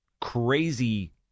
crazy